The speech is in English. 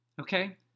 Okay